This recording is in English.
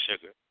sugar